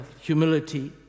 humility